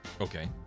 Okay